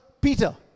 Peter